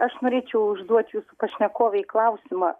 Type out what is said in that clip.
aš norėčiau užduot jūsų pašnekovei klausimą